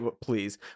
please